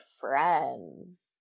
friends